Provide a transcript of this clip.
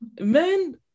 Men